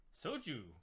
Soju